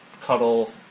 cuddle